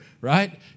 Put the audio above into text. Right